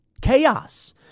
chaos